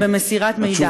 במסירת מידע.